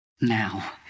Now